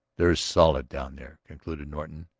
they're solid down there, concluded norton.